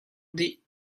dih